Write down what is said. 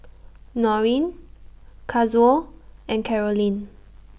Norine Kazuo and Carolynn